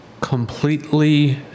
completely